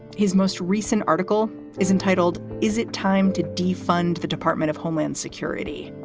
his most recent article is entitled is it time to defund the department of homeland security?